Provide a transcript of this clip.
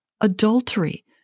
adultery